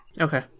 Okay